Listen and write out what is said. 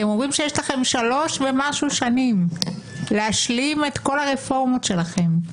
אתם אומרים שיש לכם שלוש ומשהו שנים להשלים את כל הרפורמות שלכם.